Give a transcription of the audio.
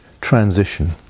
transition